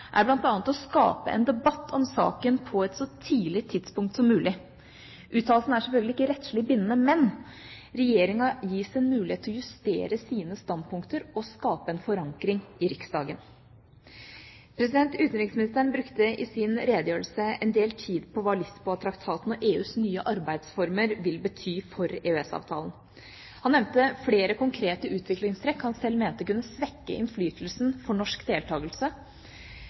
er bl.a. å skape en debatt om saken på et så tidlig tidspunkt som mulig. Uttalelsen er selvfølgelig ikke rettslig bindende, men regjeringa gis en mulighet til å justere sine standpunkter og skape en forankring i Riksdagen. Utenriksministeren brukte i sin redegjørelse en del tid på hva Lisboa-traktaten og EUs nye arbeidsformer vil bety for EØS-avtalen. Han nevnte flere konkrete utviklingstrekk han sjøl mente kunne svekke innflytelsen for norsk deltakelse,